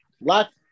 lots